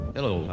Hello